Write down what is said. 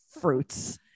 fruits